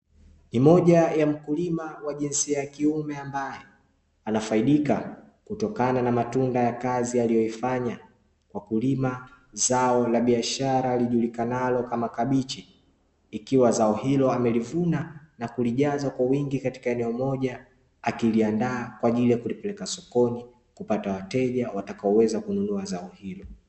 Ni moja ya mkulima wa jinsia ya kiume ambaye anafaidika kutokana na matunda ya kazi aliyoifanya kwa kulima zao la biashara lijulikanalo kama kabichi, ikiwa zao hilo amelivuna na kulijaza kwa wingi katika eneo moja akiliandaa kwa ajili ya kulipeleka sokoni kupata wateja watakaoweza kununua zao hilo.